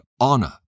honor